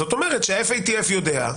זאת אומרת שה-FATF יודע.